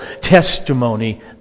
testimony